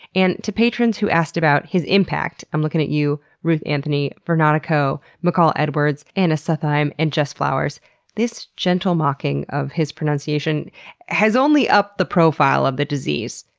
and to patrons who asked about his impact i'm looking at you ruth anthony vernotico, mccall edwards, anna sutheim, and jess flowers this gentle mocking of his pronunciation has only upped the profile of the disease.